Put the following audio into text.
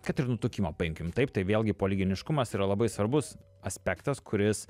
kad ir nutukimą paimkim taip tai vėlgi poligeniškumas yra labai svarbus aspektas kuris